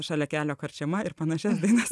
šalia kelio karčiama ir panašias dainas